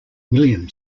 william